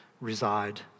reside